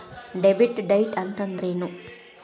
Debit ಡೈಟ್ ಅಂತಂದ್ರೇನು?